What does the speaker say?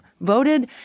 voted